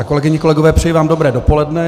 Kolegyně a kolegové, přeji vám dobré dopoledne.